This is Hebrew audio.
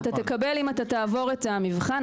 אתה תקבל אם תעבור את המבחן.